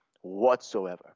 whatsoever